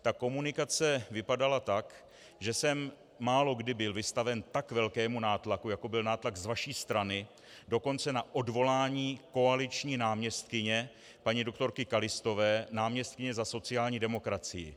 Ta komunikace vypadala tak, že jsem málokdy byl vystaven tak velkému nátlaku, jako byl nátlak z vaší strany, dokonce na odvolání koaliční náměstkyně paní dr. Kalistové, náměstkyně za sociální demokracii.